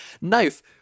Knife